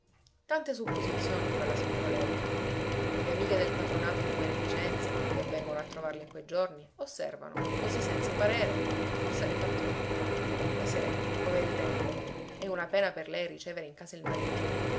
tante supposizioni fa la signora léuca le amiche del patronato di beneficenza che vengono a trovarla in quei giorni osservano così senza parere che forse ne fa troppe ma se come ritengono è una pena per lei ricevere in casa il marito